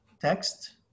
text